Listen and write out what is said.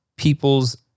people's